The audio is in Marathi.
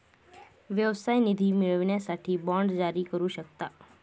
व्यवसाय निधी मिळवण्यासाठी बाँड जारी करू शकता